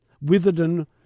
Witherden